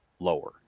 lower